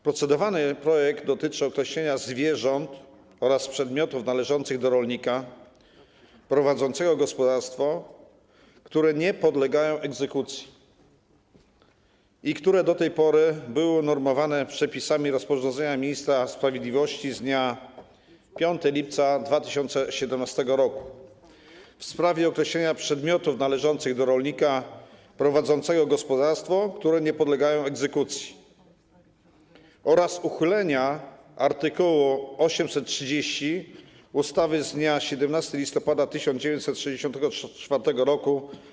Procedowany projekt dotyczy określenia zwierząt oraz przedmiotów należących do rolnika prowadzącego gospodarstwo, które nie podlegają egzekucji - do tej pory było to unormowane przepisami rozporządzenia ministra sprawiedliwości z dnia 5 lipca 2017 r. w sprawie określenia przedmiotów należących do rolnika prowadzącego gospodarstwo, które nie podlegają egzekucji - oraz uchylenia art. 830 ustawy z dnia 17 listopada 1964 r.